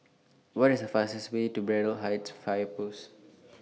What IS The fastest Way to Braddell Height Fire Post